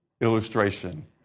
illustration